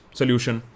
solution